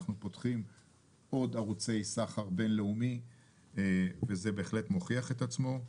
אנחנו פותחים עוד ערוצי סחר בינלאומי וזה בהחלט מוכיח את עצמו.